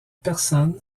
persane